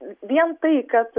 vien tai kad